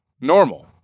Normal